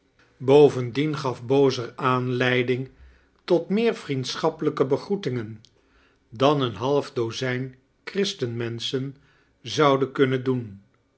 bovendien gaf bozer aanleiding tot meer viiendschappelijke begroetingen dan een half dozijn christenmenschen zouden kunnen doen